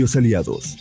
aliados